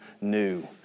new